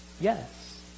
yes